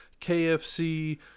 KFC